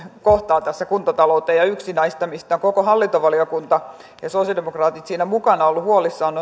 kohtaa ja yksi näistä mistä koko hallintovaliokunta ja sosialidemokraatit siinä mukana on ollut huolissaan